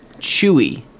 chewy